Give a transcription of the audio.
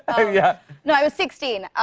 i mean yeah no. i was sixteen,